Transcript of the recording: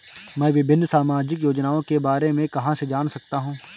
मैं विभिन्न सामाजिक योजनाओं के बारे में कहां से जान सकता हूं?